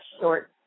Short